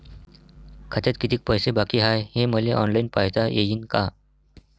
खात्यात कितीक पैसे बाकी हाय हे मले ऑनलाईन पायता येईन का?